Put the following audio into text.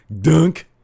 dunk